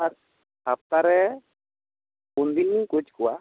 ᱦᱟᱯᱛᱟ ᱨᱮ ᱯᱩᱱ ᱫᱤᱱᱤᱧ ᱠᱳᱪ ᱠᱚᱣᱟ